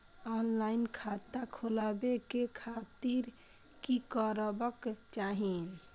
Online खाता खोलाबे के खातिर कि करबाक चाही?